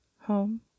Home